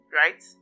right